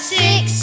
six